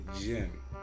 gym